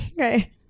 Okay